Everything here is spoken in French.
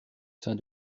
sein